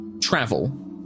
travel